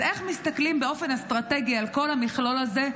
אז איך מסתכלים באופן אסטרטגי על כל המכלול הזה?